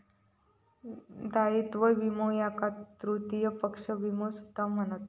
दायित्व विमो याका तृतीय पक्ष विमो सुद्धा म्हणतत